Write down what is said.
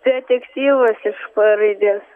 detektyvas iš p raidės